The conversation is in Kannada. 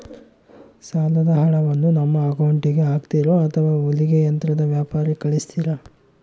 ಸಾಲದ ಹಣವನ್ನು ನಮ್ಮ ಅಕೌಂಟಿಗೆ ಹಾಕ್ತಿರೋ ಅಥವಾ ಹೊಲಿಗೆ ಯಂತ್ರದ ವ್ಯಾಪಾರಿಗೆ ಕಳಿಸ್ತಿರಾ?